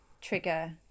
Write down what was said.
trigger